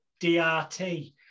DRT